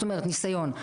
זאת אומרת, ניסיון,